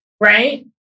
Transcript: right